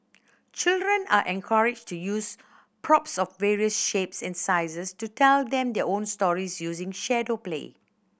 children are encouraged to use props of various shapes and sizes to tell their own stories using shadow play